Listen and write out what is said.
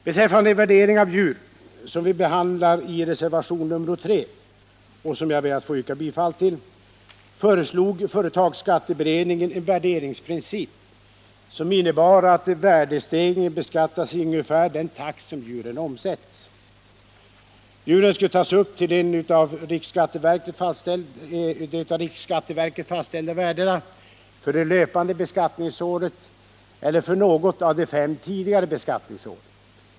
Beträffande värdering av djur, som vi behandlar i reservation nr 3 och som jag ber att få yrka bifall till, föreslog företagsskatteberedningen en värderingsprincip, som innebar att värdestegringen beskattas i ungefär den takt som djuren omsätts. Djuren skulle tas upp till de av riksskatteverket fastställda värdena för det löpande beskattningsåret eller för något av de fem tidigare beskattningsåren.